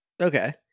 Okay